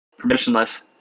Permissionless